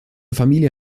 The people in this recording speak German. familie